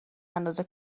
اندازه